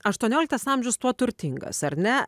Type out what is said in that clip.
aštuonioliktas amžius tuo turtingas ar ne